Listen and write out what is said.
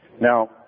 Now